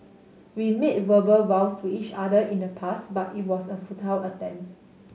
we made verbal vows to each other in the past but it was a futile attempt